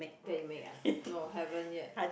that you make ah no haven't yet